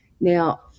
Now